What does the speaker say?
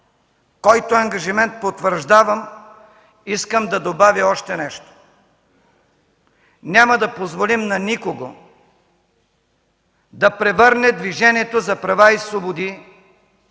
който ангажимент потвърждавам, искам да добавя още нещо. Няма да позволим на никого да превърне Движението за права и свободи